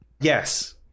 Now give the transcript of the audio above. Yes